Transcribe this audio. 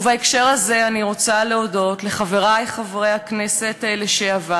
ובהקשר הזה אני רוצה להודות לחברי חברי הכנסת לשעבר